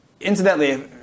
Incidentally